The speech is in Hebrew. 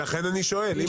לכן אני שואל.